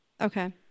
Okay